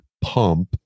pump